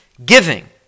Giving